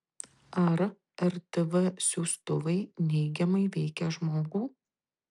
ar rtv siųstuvai neigiamai veikia žmogų